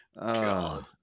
god